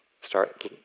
start